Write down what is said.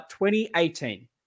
2018